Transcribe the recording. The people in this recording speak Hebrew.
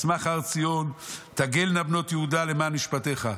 ישמח הר ציון תגלנה בנות יהודה למען משפטיך.